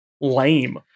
lame